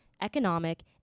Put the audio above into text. economic